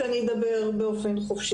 אני מהמרכז הלאומי לבקרת מחלות במשרד הבריאות.